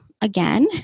again